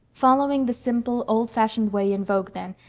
following the simple, old-fashioned way in vogue then,